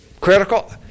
critical